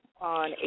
on